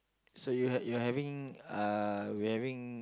so you're you're having uh we're having